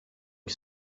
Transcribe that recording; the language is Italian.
che